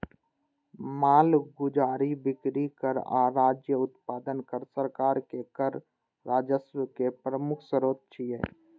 मालगुजारी, बिक्री कर आ राज्य उत्पादन कर सरकार के कर राजस्व के प्रमुख स्रोत छियै